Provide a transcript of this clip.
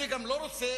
אני גם לא רוצה,